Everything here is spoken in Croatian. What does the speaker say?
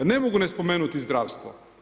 Ne mogu ne spomenuti zdravstvo.